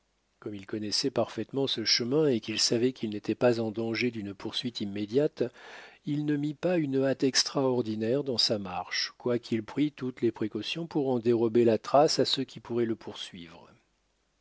comme il connaissait parfaitement ce chemin et qu'il savait qu'il n'était pas en danger d'une poursuite immédiate il ne mit pas une hâte extraordinaire dans sa marche quoiqu'il prît toutes les précautions pour en dérober la trace à ceux qui pourraient le poursuivre